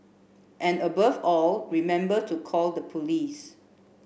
and above all remember to call the police